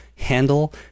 handle